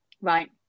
Right